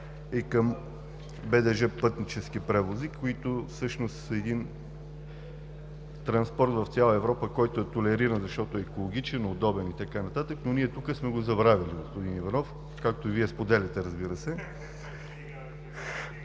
и към БДЖ „Пътнически превози“, които всъщност са един транспорт в цяла Европа, който е толериран, защото е екологичен, удобен и така нататък, но ние тук сме го забравили, господин Иванов, както Вие споделяте, разбира се.